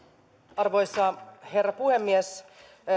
arvoisa herra puhemies